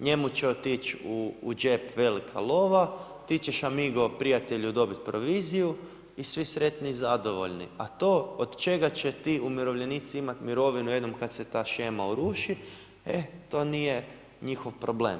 njemu će otići u džep velika lova, ti ćeš amigo, prijatelju, dobiti proviziju i svi sretni i zadovoljni, a to od čega će ti umirovljenici imati mirovinu jednom kad se ta shema uruši, e to nije njihov problem.